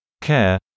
care